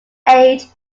age